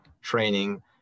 training